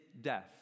death